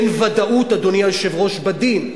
אין ודאות, אדוני היושב-ראש, בדין.